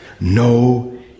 no